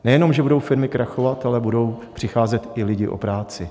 Nejenom že budou firmy krachovat, ale budou přicházet i lidi o práci.